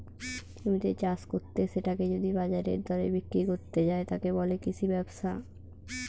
জমিতে চাষ কত্তে সেটাকে যদি বাজারের দরে বিক্রি কত্তে যায়, তাকে বলে কৃষি ব্যবসা